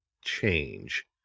change